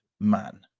man